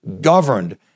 governed